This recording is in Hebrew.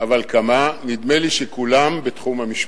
אבל כמה, נדמה לי שכולם בתחום המשפטים.